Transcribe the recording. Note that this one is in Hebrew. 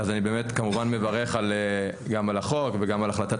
אז אני באמת כמובן מברך גם על החוק וגם על החלטת